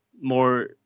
more